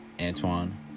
Antoine